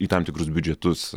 į tam tikrus biudžetus